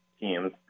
teams